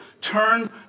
turn